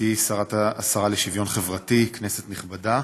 גברתי השרה לשוויון חברתי, כנסת נכבדה,